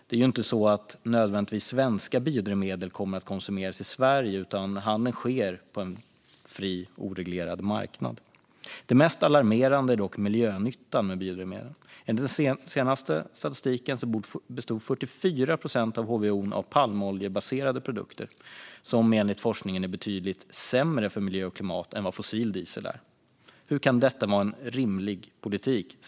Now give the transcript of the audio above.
Det är ju inte så att svenska biodrivmedel nödvändigtvis kommer att konsumeras i Sverige, utan handeln sker på en fri, oreglerad marknad. Det mest alarmerande är dock miljönyttan med biodrivmedlen. Enligt den senaste statistiken bestod 44 procent av HVO av palmoljebaserade produkter, som enligt forskningen är betydligt sämre för miljö och klimat än vad fossil diesel är. Hur kan detta vara en rimlig politik?